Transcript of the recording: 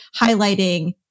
highlighting